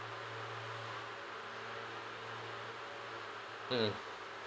mm